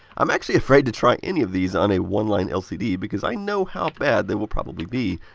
i'm actually afraid to try any of these on a one line lcd because i know how bad they will probably be!